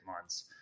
months